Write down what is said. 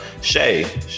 Shay